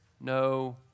no